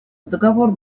договор